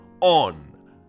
on